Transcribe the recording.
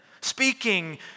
speaking